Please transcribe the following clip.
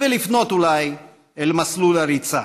ולפנות אולי אל מסלול הריצה.